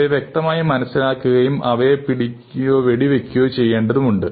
അവയെ വ്യക്തമായി മനസ്സിലാക്കുകയും അവയെ പിടിക്കുകയോ വെടിവെക്കുകയോ ചെയ്യേണ്ടതുണ്ട്